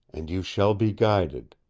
and you shall be guided.